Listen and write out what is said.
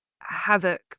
havoc